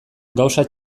gauza